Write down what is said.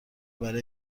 برای